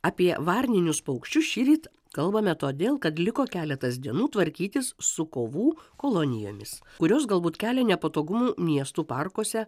apie varninius paukščius šįryt kalbame todėl kad liko keletas dienų tvarkytis su kovų kolonijomis kurios galbūt kelia nepatogumų miestų parkuose